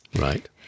Right